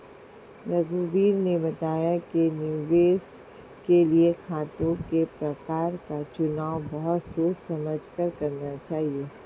रघुवीर ने बताया कि निवेश के लिए खातों के प्रकार का चुनाव बहुत सोच समझ कर करना चाहिए